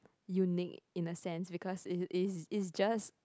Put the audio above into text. unique in a sense because is is is just